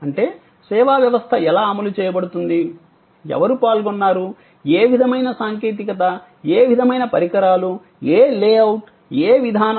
అంటే సేవా వ్యవస్థ ఎలా అమలు చేయబడుతుంది ఎవరు పాల్గొన్నారు ఏ విధమైన సాంకేతికత ఏ విధమైన పరికరాలు ఏ లేఅవుట్ ఏ విధానం